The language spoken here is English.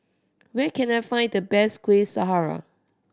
where can I find the best Kuih Syara